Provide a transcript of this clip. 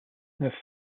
neuf